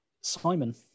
Simon